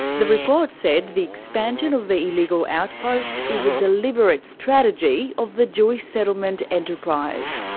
the report said the expansion of the illegal outposts is a deliberate strategy of the jewish settlement enterprise.